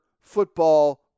football